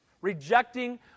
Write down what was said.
Rejecting